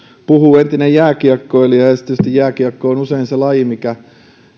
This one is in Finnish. puhuu entinen jääkiekkoilija ja ja sitten tietysti jääkiekko on usein se laji mikä